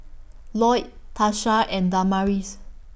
Loyd Tasha and Damaris